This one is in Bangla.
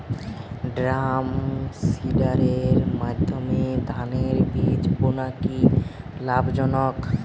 ড্রামসিডারের মাধ্যমে ধানের বীজ বোনা কি লাভজনক?